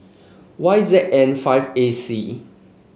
Y Z N five A C